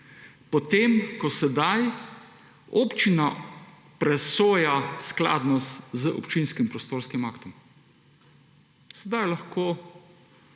potem ko sedaj občina presoja skladnost z občinskim prostorskim aktom. Sedaj lahko